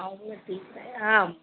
அவ்வளோ ஃபீஸா ஆ